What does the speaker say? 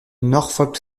norfolk